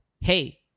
Hey